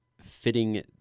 fitting